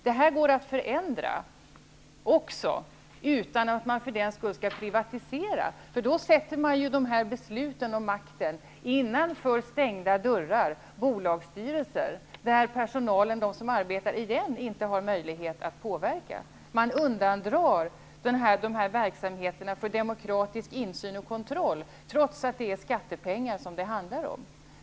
Det här går också att förändra, utan att man för den skull skall privatisera, då man ju sätter besluten och makten innanför stängda dörrar, i bolagsstyrelser, där personalen inte heller har möjlighet att påverka. Man undandrar de här verksamheterna från demokratisk insyn och kontroll, trots att det handlar om skattepengar.